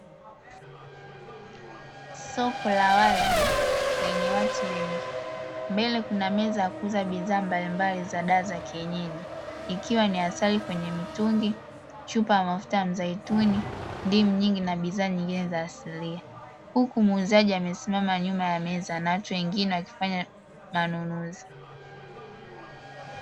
Soko la wazi lenye watu wengi, mbele kuna meza ya kuuza bidhaa mbalimbali za dawa za kienyeji, ikiwa ni asali kwenye mitungi, chupa ya mafuta ya mzeituni, ndimu nyingi na bidhaa nyingine za asilia. Huku muuzaji amesimama nyuma ya meza na watu wengine wakifanya manunuzi.